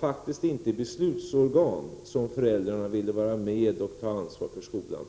faktiskt inte är i beslutsorgan som föräldrarna vill vara med och ta ansvar för skolan.